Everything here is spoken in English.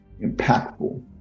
impactful